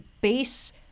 base